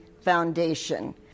Foundation